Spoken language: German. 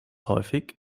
häufig